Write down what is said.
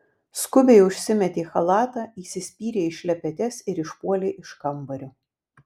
skubiai užsimetė chalatą įsispyrė į šlepetes ir išpuolė iš kambario